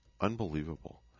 Unbelievable